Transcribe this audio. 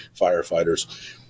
firefighters